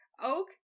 oak